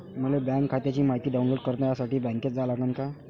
मले बँक खात्याची मायती डाऊनलोड करासाठी बँकेत जा लागन का?